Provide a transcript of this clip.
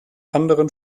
anderen